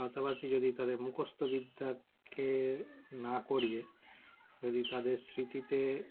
পাশাপাশি যদি তাদের মুখস্তবিদ্যাকে না করিয়ে যদি তাদের স্মৃতিতে